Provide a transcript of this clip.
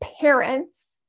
parents